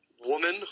woman